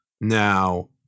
Now